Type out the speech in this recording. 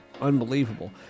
unbelievable